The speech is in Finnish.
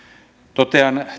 totean